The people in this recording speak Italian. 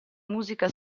musica